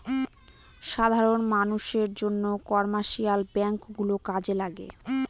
সাধারন মানষের জন্য কমার্শিয়াল ব্যাঙ্ক গুলো কাজে লাগে